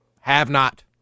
have-not